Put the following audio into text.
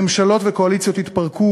ממשלות וקואליציות התפרקו,